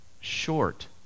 short